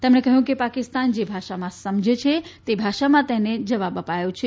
તેમણે કહ્યું કે પાકિસ્તાન જે ભાષા સમજે છે તે ભાષામાં તેને જવાબ અપાયો છે